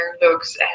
looks